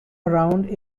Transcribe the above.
around